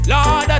Lord